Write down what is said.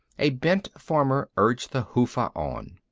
a bent farmer urged the hufa on.